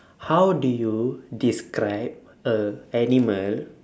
how do you describe a animal